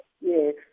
Yes